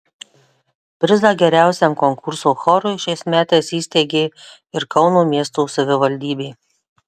prizą geriausiam konkurso chorui šiais metais įsteigė ir kauno miesto savivaldybė